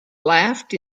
laughed